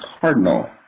Cardinal